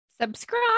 Subscribe